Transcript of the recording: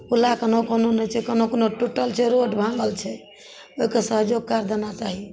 के कोनो कमी नहि छै कोनो कोनो टूटल छै रोड भाँगल छै ओइके सहयोग कर देना चाही